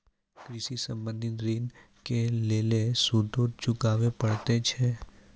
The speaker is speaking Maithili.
कृषि संबंधी ॠण के लेल सूदो चुकावे पड़त छै?